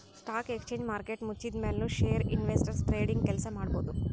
stock exchange market ಮುಚ್ಚಿದ್ಮ್ಯಾಲ್ ನು share investors trading ಕೆಲ್ಸ ಮಾಡಬಹುದ್